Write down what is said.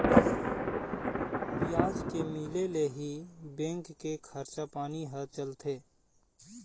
बियाज के मिले ले ही बेंक के खरचा पानी ह चलथे